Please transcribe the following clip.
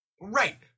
right